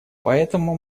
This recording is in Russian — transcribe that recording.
поэтому